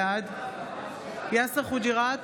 בעד יאסר חוג'יראת,